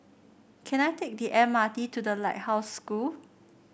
can I take the M R T to The Lighthouse School